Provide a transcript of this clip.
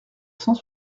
cent